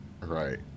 Right